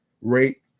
rate